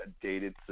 dated